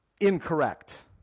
incorrect